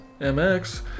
MX